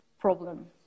problem